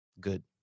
good